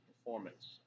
performance